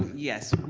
yes,